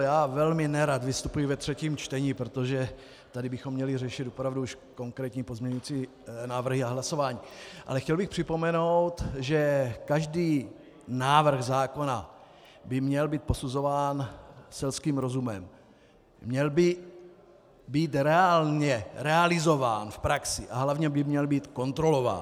Já velmi nerad vystupuji ve třetím čtení, protože tady bychom měli řešit opravdu už konkrétní pozměňovací návrhy a hlasování, ale chtěl bych připomenout, že každý návrh zákona by měl být posuzován selským rozumem, měl by být reálně realizován v praxi a hlavně by měl být kontrolován.